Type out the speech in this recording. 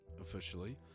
officially